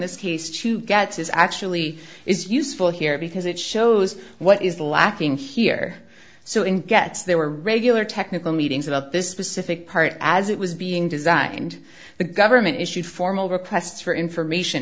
this case to get this actually is useful here because it shows what is lacking here so in gets there were regular technical meetings about this specific part as it was being designed the government issued formal requests for information